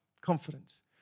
Confidence